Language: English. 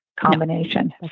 combination